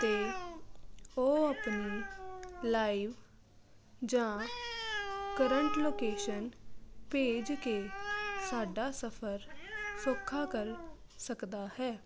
ਤਾਂ ਉਹ ਆਪਣੀ ਲਾਈਵ ਜਾਂ ਕਰੰਟ ਲੋਕੇਸ਼ਨ ਭੇਜ ਕੇ ਸਾਡਾ ਸਫ਼ਰ ਸੌਖਾ ਕਰ ਸਕਦਾ ਹੈ